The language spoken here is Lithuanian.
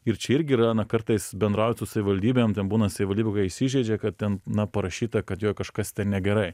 ir čia irgi yra na kartais bendraujant su savivaldybėm ten būna savivaldybių ka įsižeidžia kad ten na parašyta kad joj kažkas ten negerai